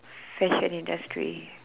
fashion industry